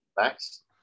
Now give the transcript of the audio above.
Max